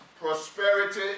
prosperity